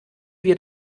wir